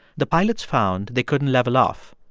the pilots found they couldn't level off.